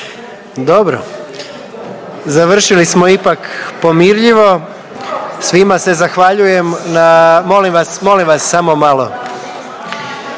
Dobro. Završili smo ipak pomirljivo. Svima se zahvaljujem na, molim vas, molim